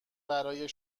برای